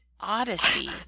odyssey